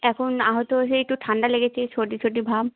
এখন আহত হয়ে একটু ঠান্ডা লেগেছে সর্দি সর্দি ভাব